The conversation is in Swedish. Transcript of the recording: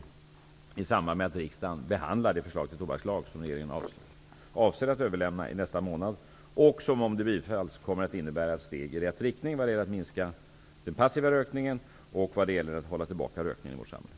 Det blir i samband med riksdagens behandling av det förslag till tobakslag som regeringen avser att överlämna nästa månad. Om förslaget bifalles, kommer det att innebära ett steg i rätt riktning när det gäller att minska den passiva rökningen och att hålla tillbaka rökningen i vårt samhälle.